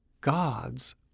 God's